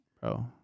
Bro